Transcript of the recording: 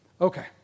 Okay